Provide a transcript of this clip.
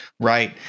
Right